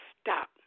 stop